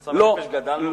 והתוצר לנפש גדל,